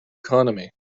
economy